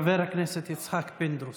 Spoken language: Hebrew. חבר הכנסת יצחק פינדרוס.